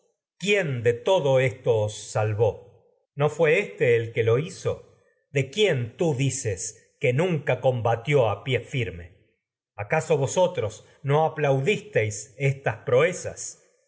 quién de todo tú esto no fué éste el combatió a lo hizo de quien vos dices que nunca pie firme acaso otros no aplaudisteis estas proezas